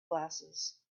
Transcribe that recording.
glasses